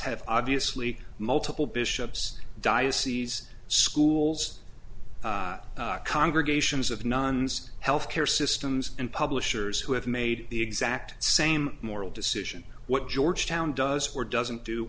have obviously multiple bishops diocese schools congregations of nuns health care systems and publishers who have made the exact same moral decision what georgetown does for doesn't do